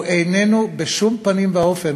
הוא איננו בשום פנים ואופן,